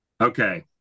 Okay